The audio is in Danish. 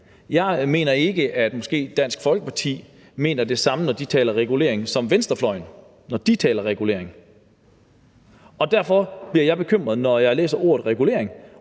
Jeg mener ikke, at Dansk Folkeparti måske mener det samme, når de taler regulering, som venstrefløjen gør, når de taler regulering. Derfor bliver jeg bekymret, når jeg læser ordet regulering,